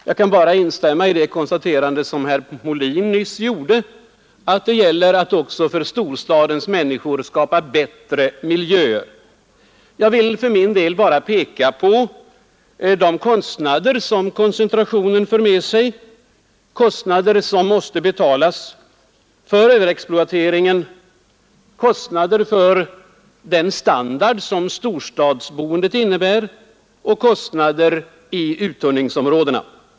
Jag kan bara instämma i herr Molins konstaterande här nyss, att det gäller att också för storstadens människor skapa bättre miljö. Jag vill för min del endast peka på de kostnader koncentrationen för med sig — kostnader som måste betalas — för överexploateringen, för den standard som storstadsboendet innebär och kostnader i uttunningsområdena.